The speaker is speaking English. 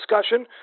discussion